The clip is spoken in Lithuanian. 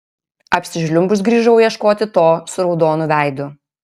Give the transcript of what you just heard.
apsižliumbus grįžau ieškoti to su raudonu veidu